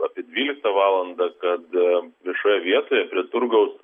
apie dvyliktą valandą kad viešoje vietoje prie turgaus